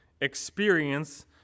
experience